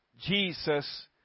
Jesus